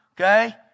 okay